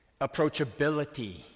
approachability